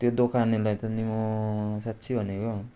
त्यो दोकानेलाई नि त म साँच्चै भनेको